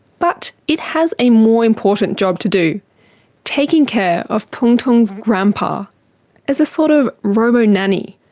but it has a more important job to do taking care of tongtong's grandpa as a sort of robo-nanny.